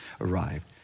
arrived